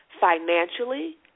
financially